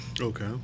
Okay